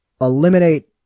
eliminate